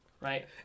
right